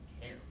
care